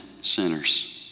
sinners